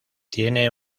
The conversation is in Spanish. tiene